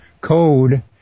code